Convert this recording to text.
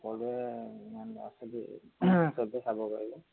সকলোৱে ইমান চবেই চাব পাৰিব